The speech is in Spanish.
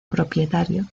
propietario